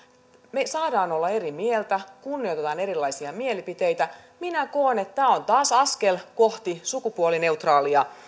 me saamme olla eri mieltä kunnioitetaan erilaisia mielipiteitä minä koen että tämä on taas askel kohti sukupuolineutraalia